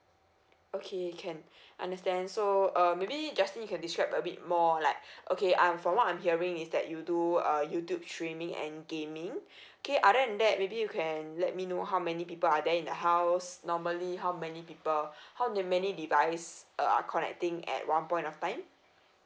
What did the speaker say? okay can understand so uh maybe justin you can describe a bit more like okay I'm from what I'm hearing is that you do uh YouTube streaming and gaming okay other than that maybe you can let me know how many people are there in the house normally how many people how na~ many device uh are connecting at one point of time